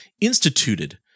instituted